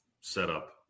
setup